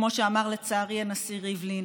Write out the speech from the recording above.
כמו שאמר לצערי הנשיא ריבלין.